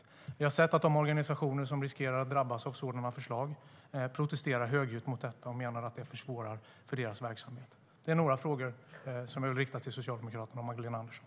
Vi har sett att de organisationer som riskerar att drabbas av sådana förslag protesterar högljutt mot detta och menar att det försvårar för deras verksamhet.